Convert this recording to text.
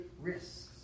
risks